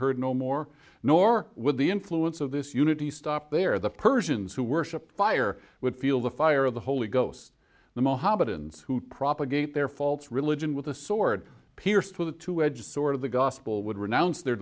heard no more nor would the influence of this unity stopped there the persians who worshipped fire would feel the fire of the holy ghost the mohammedan suit propagate their false religion with the sword pierced with a two edged sword of the gospel would renounce their